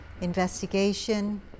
investigation